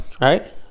right